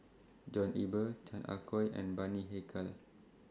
John Eber Chan Ah Kow and Bani Haykal